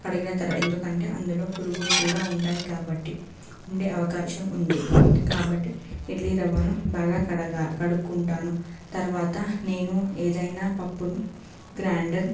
కడిగిన తర్వాత ఎందుకంటే అందులో పురుగులు కూడా ఉంటాయి కాబట్టి ఉండే అవకాశం ఉంది కాబట్టి ఇడ్లీ రవ్వను బాగా కడగా కడుక్కుంటాను తర్వాత నేను ఏదైనా పప్పును గ్రైండర్